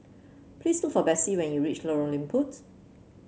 please look for Bessie when you reach Lorong Liput